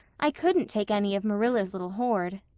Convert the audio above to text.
i couldn't take any of marilla's little hoard.